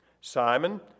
Simon